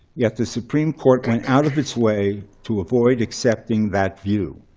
yet, the supreme court went out of its way to avoid accepting that view.